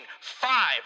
five